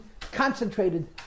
concentrated